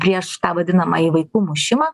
prieš tą vadinamąjį vaikų mušimą